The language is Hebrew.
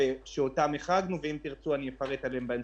איך אנחנו יכולים לוודא שהכסף הולך לטיפול בפסולת.